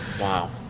Wow